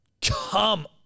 come